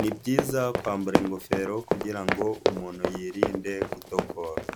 ni byiza kwambara ingofero kugira ngo umuntu yirinde gutokorwa.